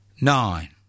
nine